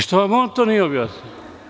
Što vam on to nije objasnio?